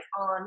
on